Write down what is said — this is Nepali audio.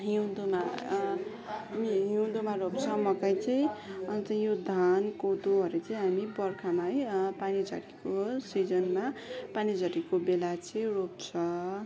हिउँदोमा हामी हिउँदोमा रोप्छ मकै चाहिँ अन्त यो धान कोदोहरू चाहिँ हामी बर्खामा है पानी झरीको सिजनमा पानी झरीको बेला चाहिँ रोप्छ